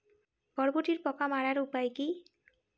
বরবটির পোকা মারার উপায় কি?